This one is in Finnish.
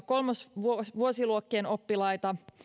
kolmosvuosiluokkien oppilaita